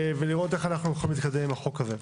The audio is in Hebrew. ולראות איך אנחנו מתקדמים עם הצעת החוק הזאת.